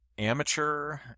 amateur